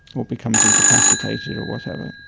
or becomes incapacitated or whatever,